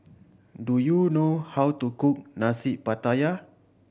do you know how to cook Nasi Pattaya